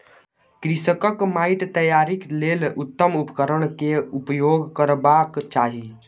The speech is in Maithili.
कृषकक माइट तैयारीक लेल उत्तम उपकरण केउपयोग करबाक चाही